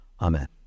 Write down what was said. Amen